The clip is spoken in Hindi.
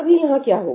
अभी यहां क्या होगा